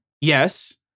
Yes